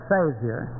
Savior